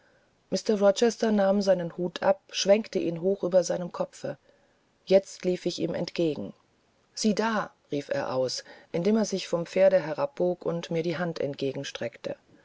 rochester nahm seinen hut ab und schwenkte ihn hoch über seinem kopfe jetzt lief ich ihm entgegen sieh da rief er aus indem er sich vom pferde herabbog und mir die hand entgegenstreckte